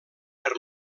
per